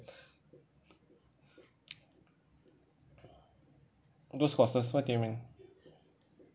those courses what do you mean